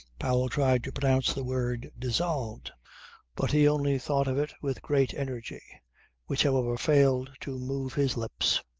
powell tried to pronounce the word, dissolved but he only thought of it with great energy which however failed to move his lips.